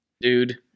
Dude